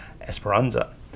Esperanza